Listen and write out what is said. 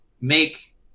make